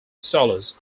solos